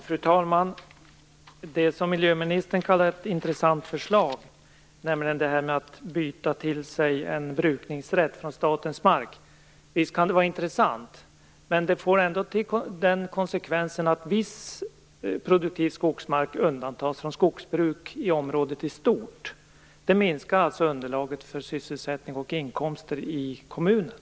Fru talman! Det som miljöministern kallar ett intressant förslag, nämligen detta att byta till sig en brukningsrätt från statens mark, kan visst vara intressant. Men konsekvensen blir ändå att viss produktiv skogsmark undantas från skogsbruk i området i stort. Det minskar alltså underlaget för sysselsättning och inkomster i kommunen.